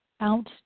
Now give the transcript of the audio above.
out